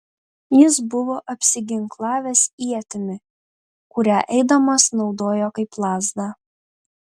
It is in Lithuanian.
jis buvo apsiginklavęs ietimi kurią eidamas naudojo kaip lazdą